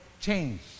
change